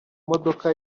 modoka